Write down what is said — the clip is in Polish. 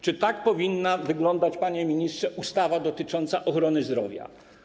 Czy tak powinna wyglądać, panie ministrze, ustawa dotycząca ochrony zdrowia?